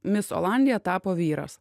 mis olandija tapo vyras